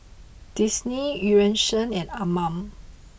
Disney Eu Yan Sang and Anmum